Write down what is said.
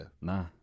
Nah